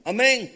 Amen